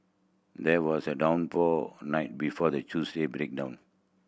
there was a downpour the night before the Tuesday breakdown